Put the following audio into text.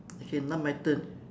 okay now my turn